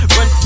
Run